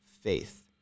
faith